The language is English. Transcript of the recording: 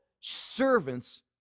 servants